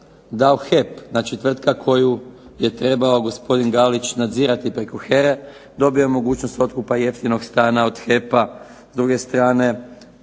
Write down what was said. dao HEP, znači tvrtka koju je trebao gospodin Galić nadzirati preko HERA-e, dobio je mogućnost otkupa jeftinog stana od HEP-a. S druge strane